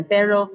Pero